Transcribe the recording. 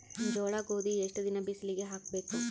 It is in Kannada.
ಜೋಳ ಗೋಧಿ ಎಷ್ಟ ದಿನ ಬಿಸಿಲಿಗೆ ಹಾಕ್ಬೇಕು?